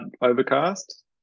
overcast